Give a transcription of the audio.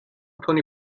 تونی